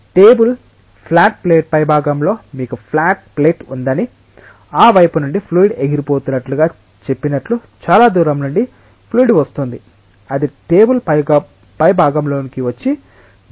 table flat plate పైభాగంలో మీకు flat plate ఉందని ఆ వైపు నుండి ఫ్లూయిడ్ ఎగిరిపోతున్నట్లు గా చెప్పినట్లు చాలా దూరం నుండి ఫ్లూయిడ్ వస్తోంది అది టేబుల్ పైభాగంలోకి వచ్చి దూరంగా వెళుతోంది